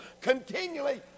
continually